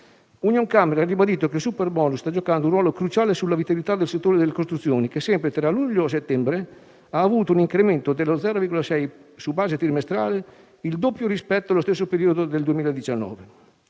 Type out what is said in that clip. Unioncamere ha ribadito che il "*superbonus*" al 110 per cento sta giocando un ruolo cruciale sulla vitalità del settore delle costruzioni che, sempre tra luglio e settembre, ha avuto un incremento dello 0,6 per cento su base trimestrale, il doppio rispetto allo stesso periodo del 2019,